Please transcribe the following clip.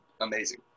amazing